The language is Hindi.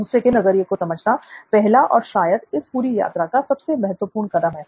दूसरे के नज़रिए को समझना पहला और शायद इस पूरी यात्रा का सबसे महत्वपूर्ण कदम है